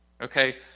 Okay